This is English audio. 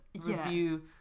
review